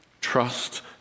Trust